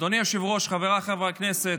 אדוני היושב-ראש, חבריי חברי הכנסת,